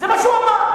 זה מה שהוא אמר.